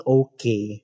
okay